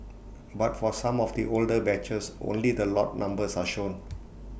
but for some of the older batches only the lot numbers are shown